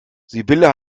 sibylle